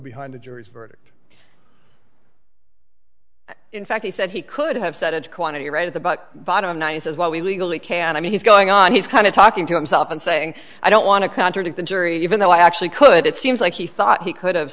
behind a jury's verdict in fact he said he could have started quantity right at the but bottom line is while we legally can i mean he's going on he's kind of talking to himself and saying i don't want to contradict the jury even though i actually could it seems like he thought he could have